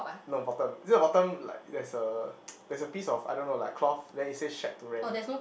no bottom is it the bottom like there's a there's a piece of I don't know like cloth then it say shack to rent